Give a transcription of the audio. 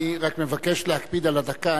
אני רק מבקש להקפיד על הדקה.